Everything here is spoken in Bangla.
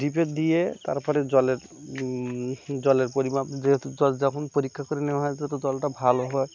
ডিপে দিয়ে তারপরে জলের জলের পরিমাপ যেহেতু জল যখন পরীক্ষা করে নেওয়া হয় তত জলটা ভালো হয়